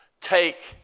take